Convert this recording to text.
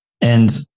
And-